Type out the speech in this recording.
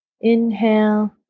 inhale